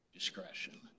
discretion